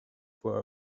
for